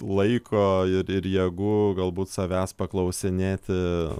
laiko ir ir jėgų galbūt savęs paklausinėti